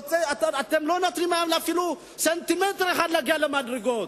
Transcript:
אתם לא נותנים להם אפילו סנטימטר אחד להגיע למדרגות,